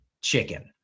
chicken